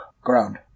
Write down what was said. ground